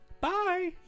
Bye